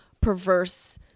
perverse